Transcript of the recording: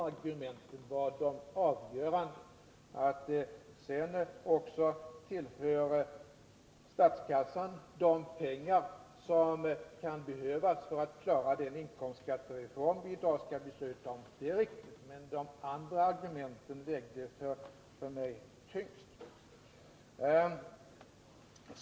Att höjningen också tillför statskassan de pengar som kan behövas för att klara den inkomstskattereform som vi i dag skall besluta om är riktigt. Men de andra argumenten vägde för mig tyngst.